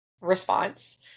response